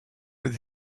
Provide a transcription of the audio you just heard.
with